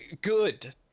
good